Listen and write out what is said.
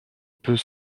peut